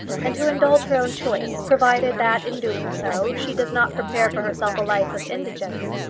and to indulge her own choice provided that in doing so she does not prepare for herself a life of indigence,